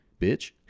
bitch